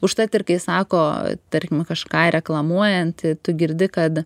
užtat ir kai sako tarkim kažką reklamuojant tu girdi kad